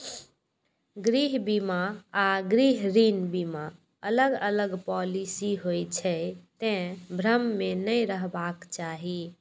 गृह बीमा आ गृह ऋण बीमा अलग अलग पॉलिसी होइ छै, तें भ्रम मे नै रहबाक चाही